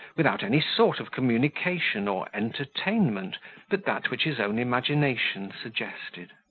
without any sort of communication or entertainment but that which his own imagination suggested.